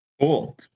Cool